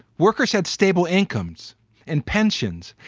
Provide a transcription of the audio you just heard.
workers had stable incomes and pensions.